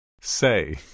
Say